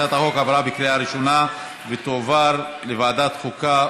הצעת החוק עברה בקריאה הראשונה ותועבר לוועדת החוקה,